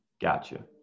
gotcha